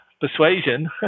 persuasion